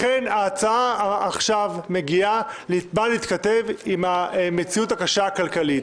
לכן ההצעה עכשיו באה להתכתב עם המציאות הכלכלית הקשה.